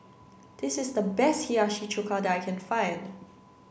this is the best Hiyashi Chuka that I can find